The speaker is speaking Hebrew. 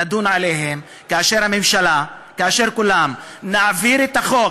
נדון עליהם כאשר הממשלה וכאשר כולנו נעביר את החוק,